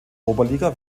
oberliga